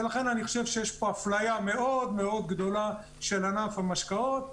ולכן אני חושב שיש פה אפליה מאוד מאוד גדולה של ענף המשקאות,